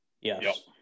Yes